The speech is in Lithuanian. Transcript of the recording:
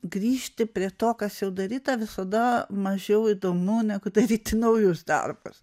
grįžti prie to kas jau daryta visada mažiau įdomu negu daryti naujus darbus